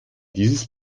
dieses